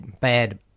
bad